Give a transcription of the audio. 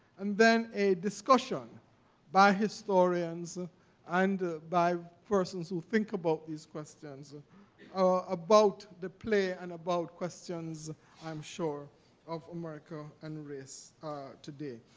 and then a discussion by historians and by persons who think about these questions, ah about the play and about questions i'm sure of america and race today.